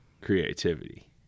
creativity